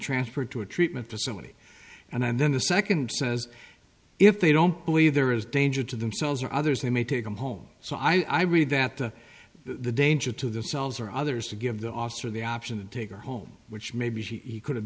transferred to a treatment facility and then the second says if they don't believe there is danger to themselves or others they may take them home so i read that the danger to themselves or others to give the auster the option to take her home which maybe he could have